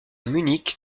munich